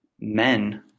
men